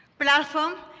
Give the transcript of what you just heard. platform,